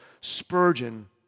Spurgeon